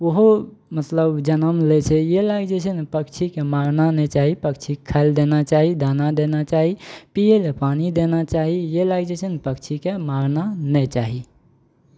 ओहो मतलब जनम लै छै इएह लए कऽ जे छै ने पक्षीके मारना नहि चाही पक्षी खाय लेल देना चाही दाना देना चाही पियै लेल पानि देना चाही इएह लए कऽ जे छै ने पक्षीकेँ मारना नहि चाही